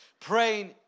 Praying